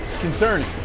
Concerning